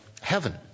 heaven